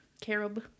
Carob